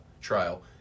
trial